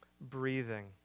breathing